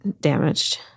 damaged